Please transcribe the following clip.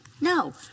No